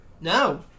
No